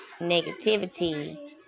negativity